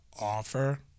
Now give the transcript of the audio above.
offer